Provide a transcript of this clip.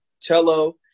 Cello